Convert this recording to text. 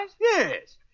Yes